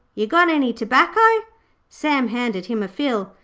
you got any tobacco sam handed him a fill,